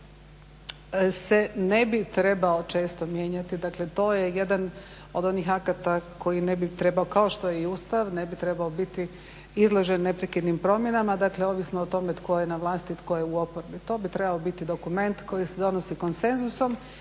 se ne bi trebao često mijenjati. Dakle, to je jedan od onih akata koji ne bi trebao, kao što je i Ustav, ne bi trebao biti izložen neprekidnim promjenama. Dakle, ovisno o tome tko je na vlasti, tko je u oporbi. To bi trebao biti dokument koji se donosi konsenzusom.